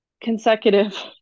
consecutive